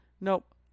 nope